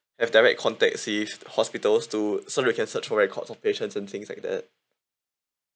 have direct contact saved hospitals to so we can search for records of patients and things like that